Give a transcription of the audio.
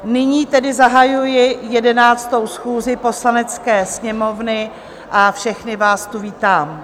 Nyní tedy zahajuji 11. schůzi Poslanecké sněmovny a všechny vás tu vítám.